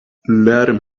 letting